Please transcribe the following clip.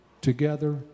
together